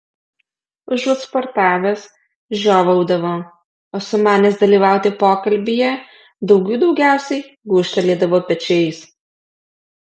užuot sportavęs žiovaudavo o sumanęs dalyvauti pokalbyje daugių daugiausiai gūžtelėdavo pečiais